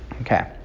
Okay